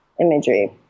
imagery